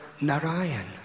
Narayan